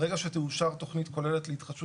ברגע שתאושר תכנית כוללת להתחדשות